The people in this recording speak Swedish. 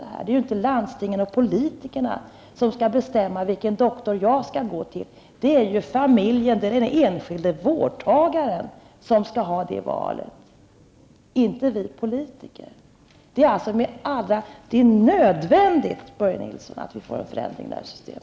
Det är inte landstinget och politikerna som skall bestämma vilken doktor man skall gå till, utan det är den enskilde vårdtagaren som skall göra det valet. Det är alltså nödvändigt, Börje Nilsson, att vi får en förändring av detta system.